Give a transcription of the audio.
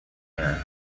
here